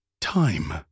time